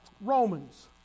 Romans